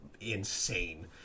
insane